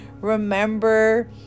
remember